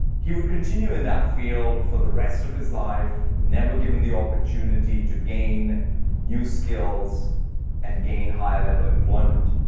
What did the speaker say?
he would continue in that field for the rest of his life, never given the opportunity to gain new skills and gain higher level employment.